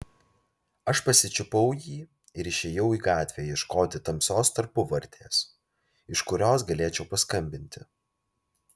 aš pasičiupau jį ir išėjau į gatvę ieškoti tamsios tarpuvartės iš kurios galėčiau paskambinti